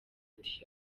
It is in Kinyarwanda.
ati